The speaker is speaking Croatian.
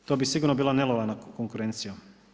To bi sigurno bila nelojalna konkurencija.